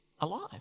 alive